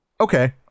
okay